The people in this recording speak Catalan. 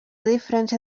diferència